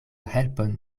helpon